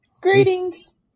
greetings